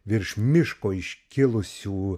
virš miško iškilusių